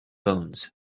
bones